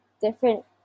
different